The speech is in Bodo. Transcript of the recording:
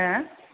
हा